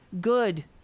good